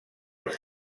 els